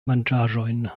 manĝaĵojn